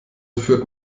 führt